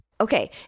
Okay